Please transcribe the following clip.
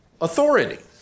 authority